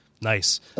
Nice